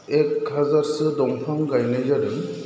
एख हाजारसो दंफां गायनाय जादों